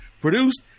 produced